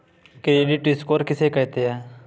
Credit score किसे कहते हैं?